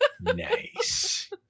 Nice